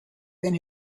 than